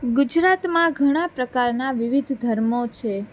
ગુજરાતમાં ઘણા પ્રકારના વિવિધ ધર્મો છે